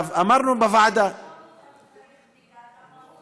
אמרנו בוועדה, צריך בדיקת אבהות,